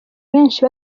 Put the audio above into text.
benshi